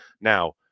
Now